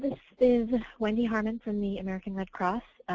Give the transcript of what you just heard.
wendy harman from the american red cross.